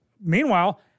meanwhile